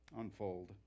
unfold